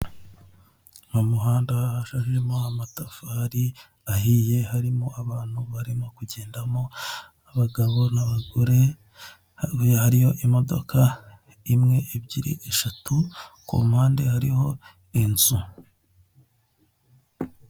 mu muhanda haramo amatafari ahiye harimo abantu barimo kugendamo abagabo n'abagore hariyo imodoka imwe ebyiri eshatu ku mpande hariho inzu